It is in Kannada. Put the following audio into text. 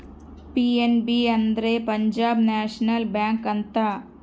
ಪಿ.ಎನ್.ಬಿ ಅಂದ್ರೆ ಪಂಜಾಬ್ ನೇಷನಲ್ ಬ್ಯಾಂಕ್ ಅಂತ